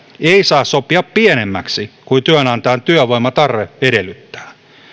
ei saa sopia pienemmäksi kuin työnantajan työvoimatarve edellyttää